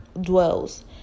dwells